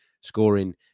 scoring